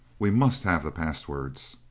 we must have the passwords.